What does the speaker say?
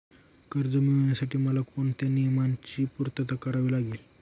कर्ज मिळविण्यासाठी मला कोणत्या नियमांची पूर्तता करावी लागेल?